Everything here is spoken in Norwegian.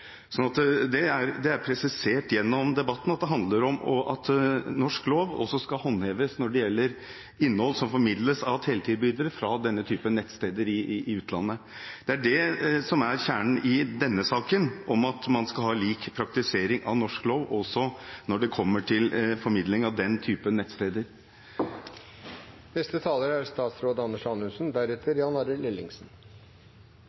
Det er presisert gjennom debatten at det handler om at norsk lov skal håndheves også når det gjelder innhold som formidles av teletilbydere fra denne typen nettsteder i utlandet. Det som er kjernen i denne saken, er at man skal ha lik praktisering av norsk lov også når det kommer til formidling fra den typen nettsteder.